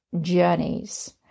journeys